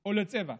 או בצבע,